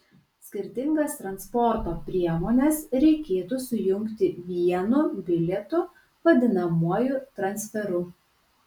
skirtingas transporto priemones reikėtų sujungti vienu bilietu vadinamuoju transferu